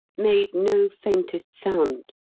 made no faintest sound.